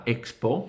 Expo